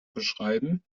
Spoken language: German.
beschreiben